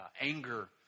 anger